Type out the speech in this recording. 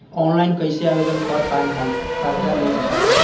Online कइसे आवेदन कर पाएम हम कर्जा लेवे खातिर?